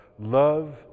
love